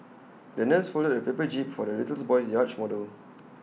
the nurse folded A paper jib for the little boy's yacht model